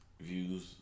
Views